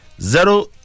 zero